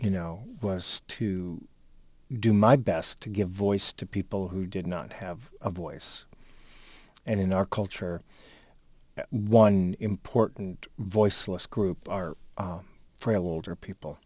you know was to do my best to give voice to people who did not have a voice and in our culture one important voiceless group are frail older people